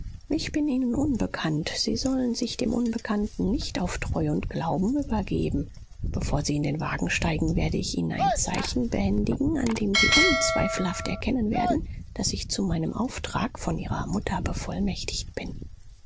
ich bin ihnen unbekannt sie sollen sich dem unbekannten nicht auf treu und glauben übergeben bevor sie in den wagen steigen werde ich ihnen ein zeichen behändigen an dem sie unzweifelhaft erkennen werden daß ich zu meinem auftrag von ihrer mutter bevollmächtigt bin